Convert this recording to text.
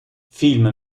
film